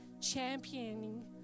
championing